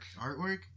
Artwork